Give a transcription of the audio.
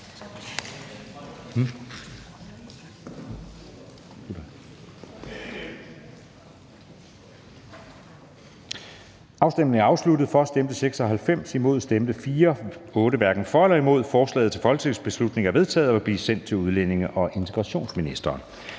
Mathiesen (UFG)), hverken for eller imod stemte 8 (EL og ALT). Forslaget til folketingsbeslutning er vedtaget og vil blive sendt til udlændinge- og integrationsministeren.